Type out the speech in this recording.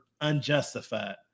unjustified